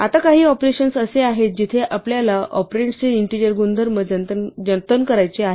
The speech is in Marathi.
आता काही ऑपरेशन्स असे आहेत जिथे आपल्याला ऑपरेंड्सचे इंटीजर गुणधर्म जतन करायचे आहे